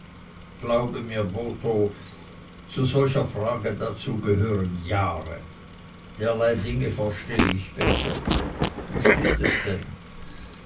glaube mir botho zu solcher frage dazu gehören jahre derlei dinge versteh ich besser wie steht es denn